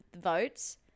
votes